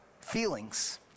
feelings